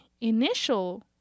initial